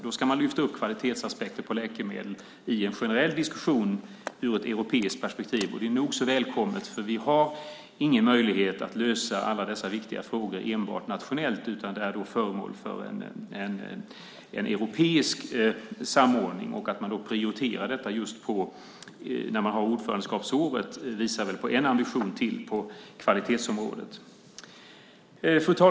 Då ska man lyfta upp kvalitetsaspekter på läkemedel i en generell diskussion ur ett europeiskt perspektiv. Det är nog så välkommet, för vi har ingen möjlighet att lösa alla dessa viktiga frågor enbart nationellt. Detta blir nu föremål för en europeisk samordning, och man prioriterar det just när man har ordförandeskapsåret. Det visar på en ambition till på kvalitetsområdet. Fru talman!